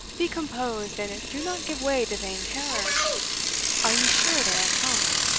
be composed, and do not give way to vain terror are you sure they are come?